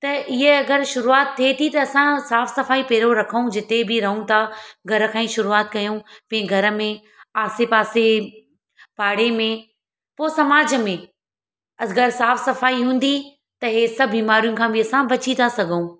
त ईअं अगरि शुरुआति थिए थी त असां साफ़ु सफाई पहिरियों रखूं जिते बि रहूं था घर खां ई शुरुआति कयूं की घर में आसे पासे पाड़े में पोइ समाज में अगरि साफ़ु सफाई हूंदी त इहे सभु बीमारियुनि खां बि असां बची था सघूं